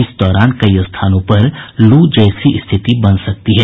इस दौरान कई स्थानों पर लू जैसी स्थिति बन सकती है